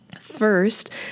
first